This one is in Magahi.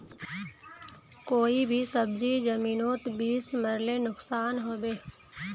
कोई भी सब्जी जमिनोत बीस मरले नुकसान होबे?